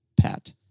pat